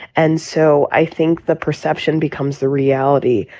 and so i think the perception becomes the reality.